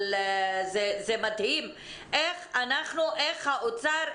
אבל זה מדהים איך האוצר,